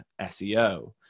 SEO